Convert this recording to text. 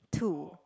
two